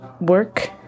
work